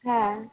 হ্যাঁ